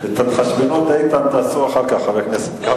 את ההתחשבנות תעשו אחר כך, חבר הכנסת איתן כבל.